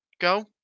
go